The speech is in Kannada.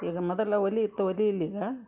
ಈಗ ಮೊದಲ ಒಲೆ ಇಟ್ಟು ಒಲೆ ಇಲ್ಲ ಈಗ